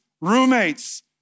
roommates